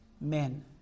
Men